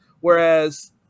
Whereas